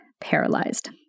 paralyzed